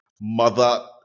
mother